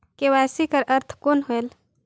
KYC कर अर्थ कौन होएल?